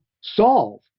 solve